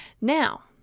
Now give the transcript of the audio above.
Now